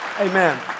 Amen